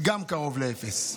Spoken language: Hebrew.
גם קרוב לאפס.